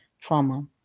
trauma